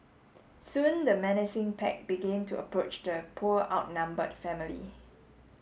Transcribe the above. soon the menacing pack begin to approach the poor outnumbered family